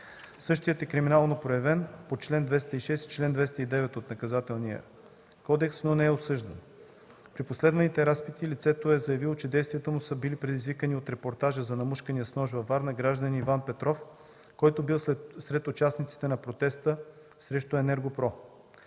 Същият е криминално проявен по чл. 206 и чл. 209 от Наказателния кодекс, но не е осъждано. В последвалите разпити лицето е заявило, че действията му са били предизвикани от репортажа за намушкания с нож във Варна гражданин Иван Петров, който бил сред участниците на протеста срещу „Енергопром”.